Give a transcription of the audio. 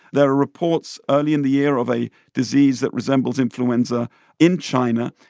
there are reports early in the year of a disease that resembles influenza in china,